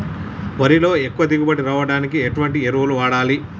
వరిలో ఎక్కువ దిగుబడి రావడానికి ఎటువంటి ఎరువులు వాడాలి?